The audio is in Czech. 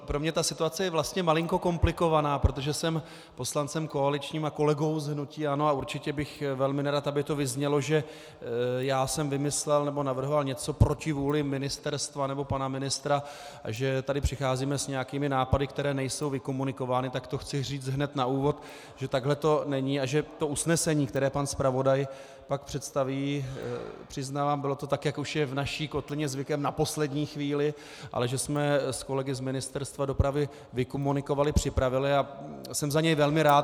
Pro mě ta situace je vlastně malinko komplikovaná, protože jsem poslancem koaličním a kolegou z hnutí ANO a určitě bych velmi nerad, aby to vyznělo, že já jsem vymyslel nebo navrhoval něco proti vůli ministerstva nebo pana ministerstva, že tady přicházíme s nějakými nápady, které nejsou vykomunikovány, tak to chci říct hned na úvod, že takhle to není a že to usnesení, které pan zpravodaj pak představí, přiznávám, bylo to tak, jak už je v naší kotlině zvykem, na poslední chvíli, ale že jsme s kolegy z Ministerstva dopravy vykomunikovali, připravili a jsem za něj velmi rád.